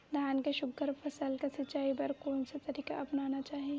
धान के सुघ्घर फसल के सिचाई बर कोन से तरीका अपनाना चाहि?